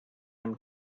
him